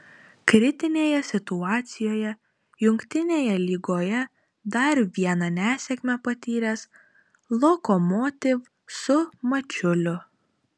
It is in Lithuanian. kritinėje situacijoje jungtinėje lygoje dar vieną nesėkmę patyręs lokomotiv su mačiuliu